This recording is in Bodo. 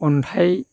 अन्थाइ